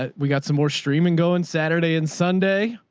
ah we got some more streaming going saturday and sunday.